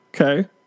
okay